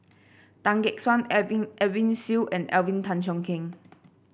Tan Gek Suan Edwin Siew and Alvin Tan Cheong Kheng